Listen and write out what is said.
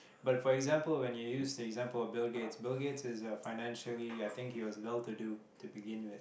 but for example when you use the example of Bill-Gates Bill-Gates is uh financially I think he was well to do to begin with